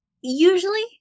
usually